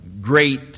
great